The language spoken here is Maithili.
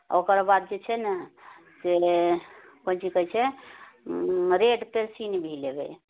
आ ओकरबाद जे छै ने से कोन चीज कहै छै रेड पेन्सिल भी लेबै